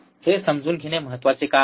हे समजून घेणे महत्वाचे का आहे